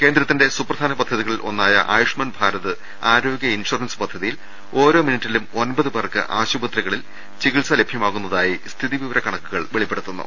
കേന്ദ്രത്തിന്റെ സുപ്രധാന പദ്ധതികളിൽ ഒന്നായ ആയുഷ്മാൻ ഭാരത് ആരോഗ്യ ഇൻഷുറൻസ് പദ്ധതിയിൽ ഓരോ മിനുട്ടിലും ഒമ്പത് പേർക്ക് ആശുപത്രികളിൽ ചികിത്സ ലഭ്യമാകുന്നതായി സ്ഥിതി വിവരകണക്കുകൾ വെളിപ്പെടുത്തുന്നു